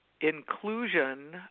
inclusion